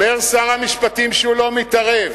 אומר שר המשפטים שהוא לא מתערב.